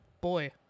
boy